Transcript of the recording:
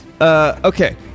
Okay